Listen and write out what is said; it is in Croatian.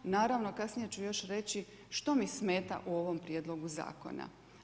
Naravno kasnije ću još reći što mi smeta u ovom prijedlogu zakona.